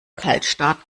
kaltstart